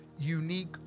Unique